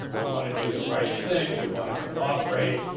we want to do the right thing, we want to cooperate.